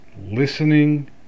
Listening